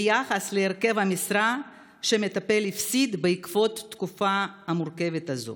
ביחס להרכב המשרה שהמטפל הפסיד בעקבות התקופה המורכבת הזאת.